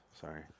Sorry